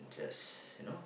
just you know